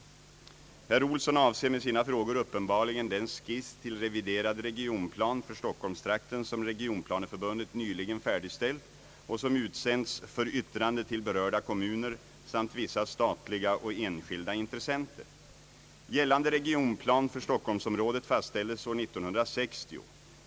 Herr Olsson avser med sina frågor uppenbarligen den skiss till reviderad regionplan för stockholmstrakten som Regionplaneförbundet nyligen färdigställt och som utsänts för yttrande till berörda kommuner samt vissa statliga och enskilda intressenter. Gällande regionplan för stockholmsområdet fastställdes år 1960.